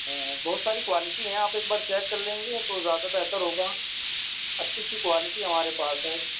بہت ساری کوالٹی ہیں آپ ایک بار چیک کر لیں گے تو زیادہ بہتر ہوگا اچھی اچھی کوالٹی ہمارے پاس ہے